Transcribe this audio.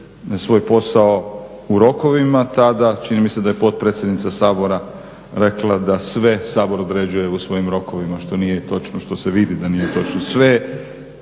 svoj posao u rokovima, tada čini mi se da je potpredsjednica Sabora rekla da sve Sabor određuje u svojim rokovima što nije točno što se vidi da nije točno. Sve